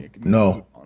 no